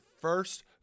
first